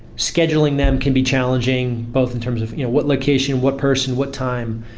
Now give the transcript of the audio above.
scheduling them can be challenging both in terms of you know what location, what person, what time.